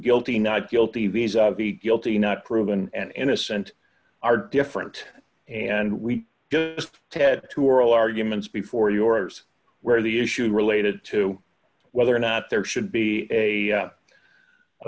guilty not guilty these are guilty not proven and innocent are different and we had to oral arguments before yours where the issue related to whether or not there should be a